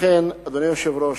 אדוני היושב-ראש,